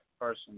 person